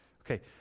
Okay